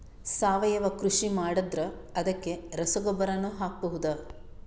ಸಾವಯವ ಕೃಷಿ ಮಾಡದ್ರ ಅದಕ್ಕೆ ರಸಗೊಬ್ಬರನು ಹಾಕಬಹುದಾ?